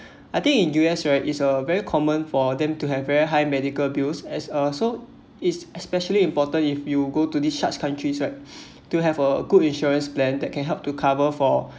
I think in U_S right is a very common for them to have very high medical bills as uh so it's especially important if you go to discharge countries right to have a good insurance plan that can help to cover for